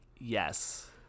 Yes